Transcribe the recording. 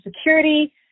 Security